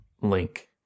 link